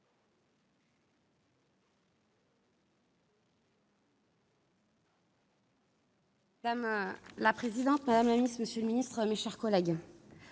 Madame la présidente, madame la ministre, monsieur le ministre, mes chers collègues,